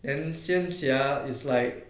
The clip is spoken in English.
then 现侠 is like